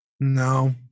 No